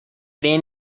been